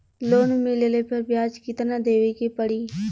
Loan मिलले पर ब्याज कितनादेवे के पड़ी?